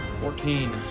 Fourteen